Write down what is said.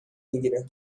میگیره